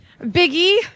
Biggie